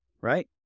right